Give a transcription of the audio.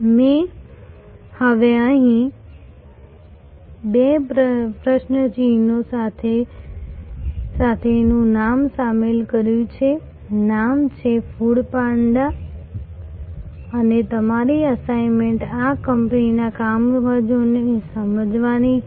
મેં હવે અહીં બે પ્રશ્ન ચિહ્નો સાથેનું નામ સામેલ કર્યું છે નામ છે ફૂડ પાન્ડા અને તમારી અસાઇન્મેન્ટ આ કંપનીના કામકાજને સમજવાની છે